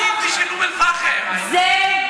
מה עשית בשביל אום-אלפחם מאז שאת